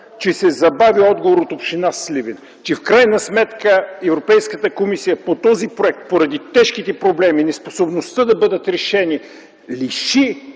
че се забави отговорът от община Сливен, че в крайна сметка Европейската комисия по този проект, поради тежките проблеми и неспособността да бъдат решени лиши